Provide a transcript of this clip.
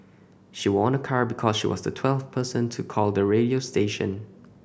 she won a car because she was the twelfth person to call the radio station